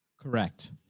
Correct